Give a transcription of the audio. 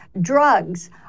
Drugs